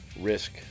risk